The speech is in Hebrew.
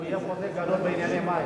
נהיה פוסק הדור בענייני מים.